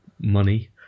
money